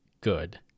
good